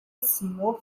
سیمرغ